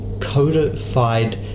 codified